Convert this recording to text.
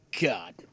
God